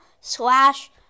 slash